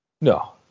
No